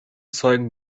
zeugen